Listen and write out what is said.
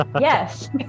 Yes